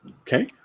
Okay